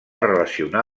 relacionar